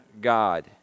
God